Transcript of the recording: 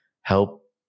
help